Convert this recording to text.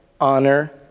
honor